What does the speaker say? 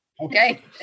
Okay